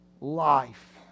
life